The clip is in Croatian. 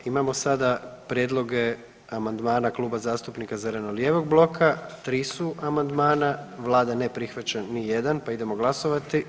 Imamo sada prijedloge amandmana Kluba zastupnika zeleno-lijevog bloka, 3 su amandmana, Vlada ne prihvaća nijedan pa idemo glasovati.